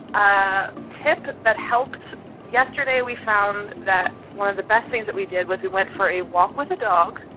a tip that helped yesterday, we found that one of the best things that we did was we went for a walk with a dog,